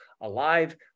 alive